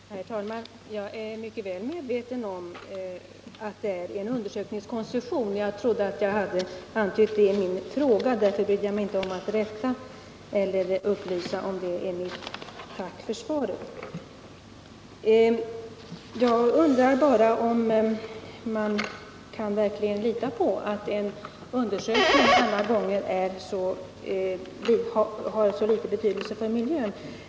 Herr talman! Jag är mycket väl medveten om att det är fråga om en undersökningskoncession. Jag trodde att det framgick av min fråga, och därför brydde jag mig inte om att upplysa om det i mitt tack för svaret. Jag undrar om man verkligen kan lita på att en sådan här undersökning har så liten inverkan på miljön.